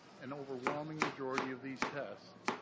an overwhelming majority of these tests,